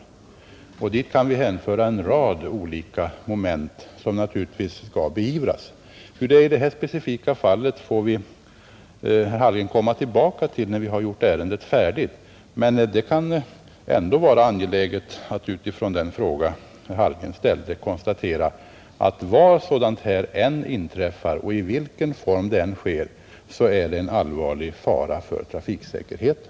Dit kan vi hänföra en rad olika moment som naturligtvis skall beivras, Hur det är i detta speciella fall får väl herr Hallgren komma tillbaka till när vi har behandlat ärendet. Det kan dock vara angeläget att utifrån den fråga som herr Hallgren ställde konstatera att var sådant här än inträffar och i vilken form det än sker innebär det en allvarlig fara för trafiksäkerheten.